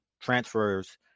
transfers